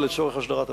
לצורך הסדרת הנושא.